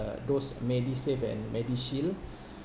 those medisave and medishield